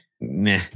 Nah